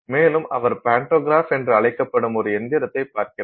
மேலும் அவர் பாண்டோகிராஃப் என்று அழைக்கப்படும் ஒரு இயந்திரத்தைப் பார்க்கிறார்